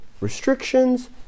restrictions